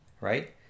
right